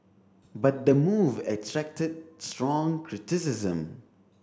but the move attracted strong criticism